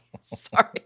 sorry